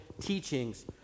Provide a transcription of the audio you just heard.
Teachings